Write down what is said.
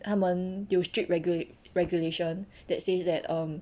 他们有 strict regulat~ regulation that says that um